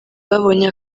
babonye